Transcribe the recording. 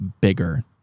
bigger